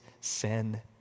sin